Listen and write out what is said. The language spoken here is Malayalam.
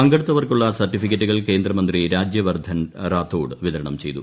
പങ്കെടുത്തവർക്കുള്ള സർട്ടീഫിക്കറ്റുകൾ കേന്ദ്രമന്ത്രി രാജ്യവർദ്ധൻ റാത്തോസ് പ്പിതരണം ചെയ്തു